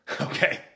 Okay